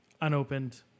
unopened